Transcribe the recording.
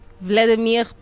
Vladimir